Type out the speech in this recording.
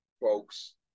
folks